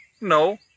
No